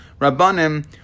Rabbanim